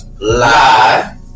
Lie